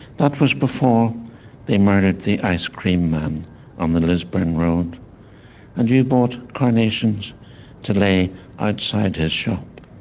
that was before they murdered the ice-cream man on the lisburn road and you bought carnations to lay outside his shop.